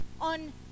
on